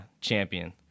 champion